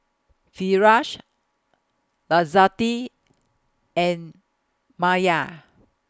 Firash Izzati and Maya